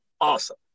awesome